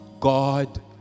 God